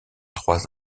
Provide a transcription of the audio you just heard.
trois